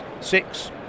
six